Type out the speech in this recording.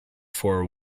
for